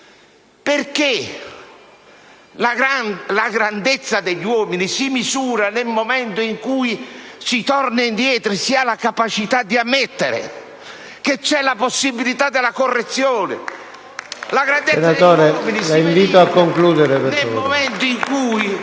Perché? La grandezza degli uomini si misura nel momento in cui si torna indietro e si ha la capacità di ammettere che c'è la possibilità della correzione. *(Applausi dal Gruppo PdL e